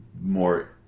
more